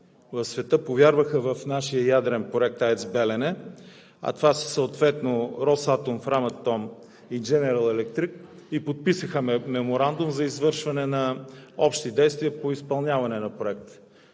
в света повярваха в нашия ядрен проект „АЕЦ „Белене“ – съответно „Росатом“, „Фраматом“ и „Дженерал Електрик“, и подписаха меморандум за извършване на общи действия по изпълняване на проекта.